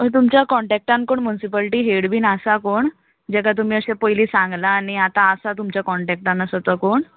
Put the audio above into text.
so तुमच्यो कोन्टेक्टान कोण मुन्सिपालटी हेड बीन आसा कोण जेाका तुमी अशें पयलीं सांगलां आनी आतां आसा तुमच्यो कोन्टेक्टान तो कोण